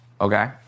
Okay